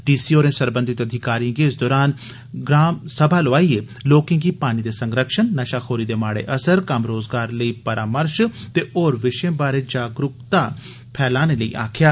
D C होरें सरबंधित अधिकारिए गी इस दौरान ग्राम समा लोआईए लोकें गी पानी दे संरक्षण नशाखोरी दे माड़े असर कम्म रोज़गार लेई परामर्श ते होर विषयें बारै जागरूकता देने लेई आक्खेआ